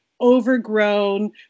overgrown